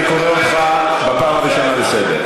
אני קורא אותך לסדר בפעם הראשונה,